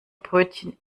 brötchen